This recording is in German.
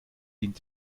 dient